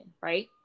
right